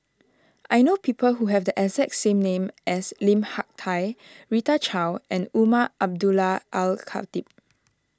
I know people who have the exact name as Lim Hak Tai Rita Chao and Umar Abdullah Al Khatib